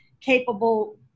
capable